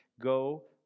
Go